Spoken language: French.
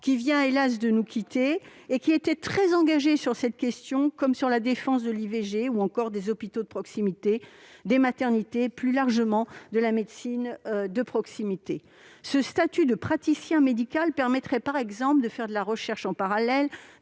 qui vient, hélas, de nous quitter, et qui était très engagé sur cette question comme sur la défense de l'IVG ou encore des hôpitaux et des maternités, et plus largement de la médecine de proximité. Un statut de praticien médical permettrait par exemple aux sages-femmes de faire de la recherche en parallèle,